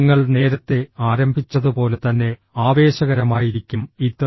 ഞങ്ങൾ നേരത്തെ ആരംഭിച്ചതുപോലെ തന്നെ ആവേശകരമായിരിക്കും ഇത്